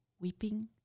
weeping